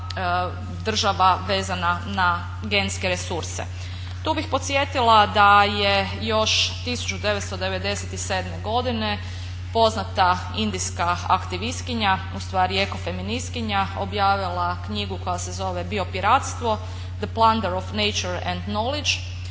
država vezana na genske resurse. Tu bih podsjetila da je još 1997. godine poznata indijska aktivistkinja u stvari eko feministkinja objavila knjigu koja se zove biopiratstvo, The plunder of nature and knowledge